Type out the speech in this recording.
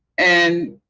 and